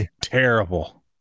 Terrible